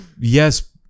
yes